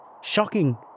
shocking